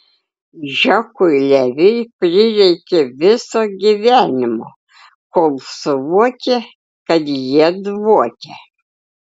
džekui leviui prireikė viso gyvenimo kol suvokė kad jie dvokia